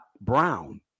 brown